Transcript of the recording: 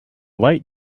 light